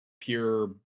pure